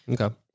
Okay